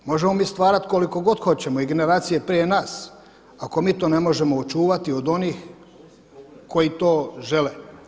Možemo mi stvarati koliko god hoćemo i generacije prije nas ako mi to ne možemo očuvati od onih koji to žele.